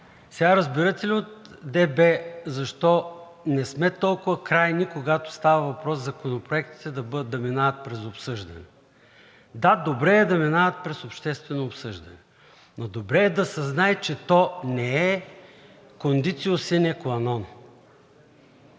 Сега разбирате ли от ДБ защо не сме толкова крайни, когато става въпрос законопроектите да минават през обсъждане? Да, добре е да минават през обществено обсъждане, но добре е да се знае, че то не е Conditio sine qua